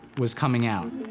was coming out.